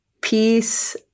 peace